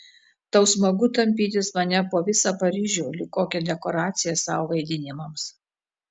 tau smagu tampytis mane po visą paryžių lyg kokią dekoraciją savo vaidinimams